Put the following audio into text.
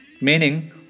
meaning